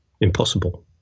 impossible